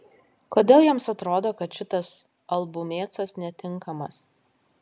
kodėl jiems atrodo kad šitas albumėcas netinkamas